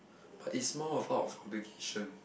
but is more of out of obligation